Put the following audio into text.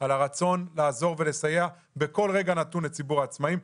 על הרצון לעזור ולסייע בכל רגע נתון לציבור העצמאים,